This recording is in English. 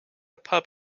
pub